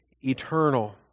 eternal